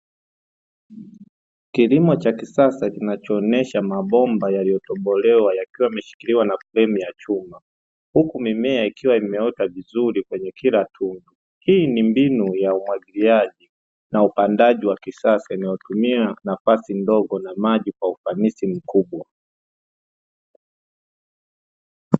Kilimo cha kisasa kinachoonesha mabomba yaliyotobolewa yakiwa yameshikiliwa na fremu ya chuma, huku mimea ikiwa imeota vizuri kwenye kila tundu, hii ni mbinu ya umwagiliaji na upandaji wa kisasa inayotumia nafasi ndogo na maji kwa ufanisi mkubwa.